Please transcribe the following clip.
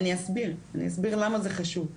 אני אסביר למה זה חשוב.